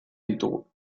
ditugu